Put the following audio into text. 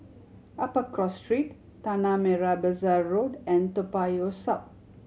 Upper Cross Street Tanah Merah Besar Road and Toa Payoh South